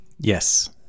Yes